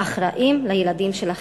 אחראים לילדים שלכם.